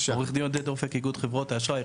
עורך דין עודד אופק איגוד חברות האשראי.